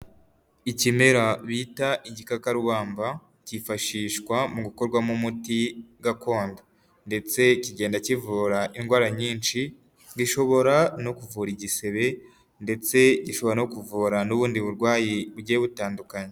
Ikimera bita igikakarwamba, kifashishwa mu gukorwamo umuti gakondo ndetse kigenda kivura indwara nyinshi, gishobora no kuvura igisebe ndetse gishobora no kuvura n'ubundi burwayi bugiye butandukanye.